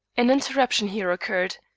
an interruption here occurred,